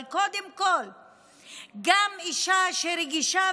אבל קודם כול אישה רגישה,